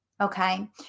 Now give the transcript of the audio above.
Okay